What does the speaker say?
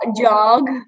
jog